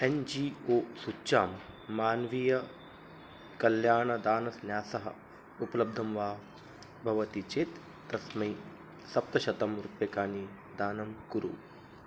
N G O सूच्यां मानवीयकल्याणदानन्यासः उपलब्धं वा भवति चेत् तस्मै सप्तशतं रूप्यकाणि दानं कुरु